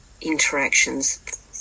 interactions